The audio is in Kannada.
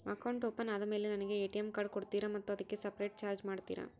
ಅಕೌಂಟ್ ಓಪನ್ ಆದಮೇಲೆ ನನಗೆ ಎ.ಟಿ.ಎಂ ಕಾರ್ಡ್ ಕೊಡ್ತೇರಾ ಮತ್ತು ಅದಕ್ಕೆ ಸಪರೇಟ್ ಚಾರ್ಜ್ ಮಾಡ್ತೇರಾ?